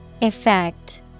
Effect